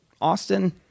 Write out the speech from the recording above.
Austin